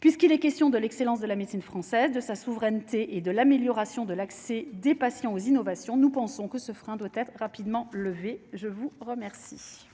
puisqu'il est question de l'excellence de la médecine française de sa souveraineté et de l'amélioration de l'accès des patients aux innovations, nous pensons que ce frein doit être rapidement levé, je vous remercie.